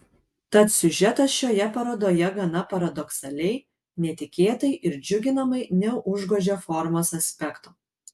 tad siužetas šioje parodoje gana paradoksaliai netikėtai ir džiuginamai neužgožia formos aspekto